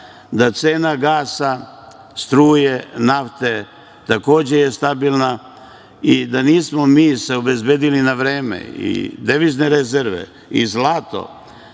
Cena gasa, struje, nafte tako je stabilna. I, da se nismo obezbedili na vreme, i devizne rezerve i zlatom,